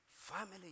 family